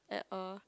at a